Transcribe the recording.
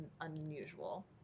unusual